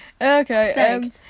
okay